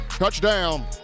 Touchdown